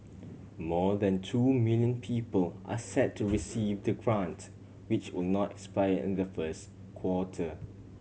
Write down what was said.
more than two million people are set to receive the grant which will not expire in the first quarter